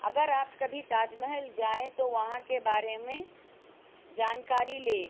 اگر آپ کبھی تاج محل جائیں تو وہاں کے بارے میں جانکاری لیں